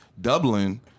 Dublin